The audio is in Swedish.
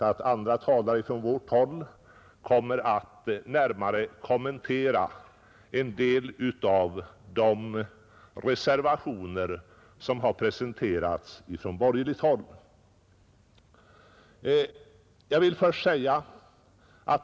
Andra talare från vårt håll kommer för övrigt att närmare kommentera en del av de reservationer som har presenterats av de borgerliga partierna.